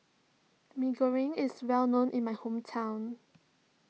Mee Goreng is well known in my hometown